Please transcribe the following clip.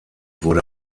wurde